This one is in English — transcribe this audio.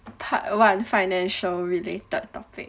part one financial related topic